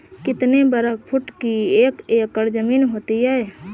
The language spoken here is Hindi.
कितने वर्ग फुट की एक एकड़ ज़मीन होती है?